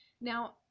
Now